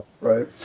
Right